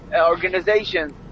organizations